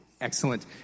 Excellent